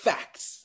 Facts